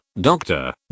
doctor